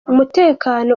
umutekano